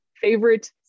favorite